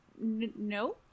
no